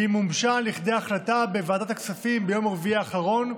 והיא מומשה לכדי החלטה בוועדת הכספים ביום רביעי האחרון,